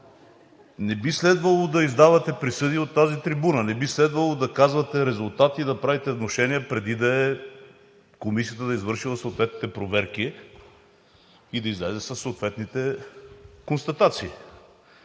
не би следвало да издавате присъди от тази трибуна, не би следвало да казвате резултати и да правите внушения преди комисията да е извършила съответните проверки и да излезе със съответните констатации.